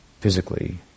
physically